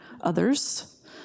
others